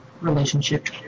Relationship